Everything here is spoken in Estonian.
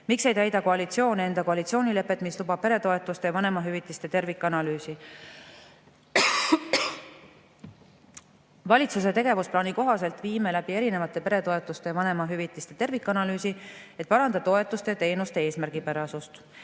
"Miks ei täida koalitsioon enda koalitsioonilepet, mis lubab peretoetuste ja vanemahüvitiste tervikanalüüsi?" Valitsuse tegevusplaani kohaselt viime läbi erinevate peretoetuste ja vanemahüvitiste tervikanalüüsi, et parandada toetuste ja teenuste eesmärgipärasust.